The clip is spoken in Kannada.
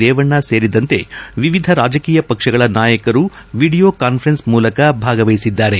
ರೇವಣ್ಣ ಸೇರಿದಂತೆ ವಿವಿಧ ರಾಜಕೀಯ ಪಕ್ಷಗಳ ನಾಯಕರು ವಿಡಿಯೋ ಕಾನ್ವರೆನ್ಸ್ ಮೂಲಕ ಭಾಗವಹಿಸಿದ್ದಾರೆ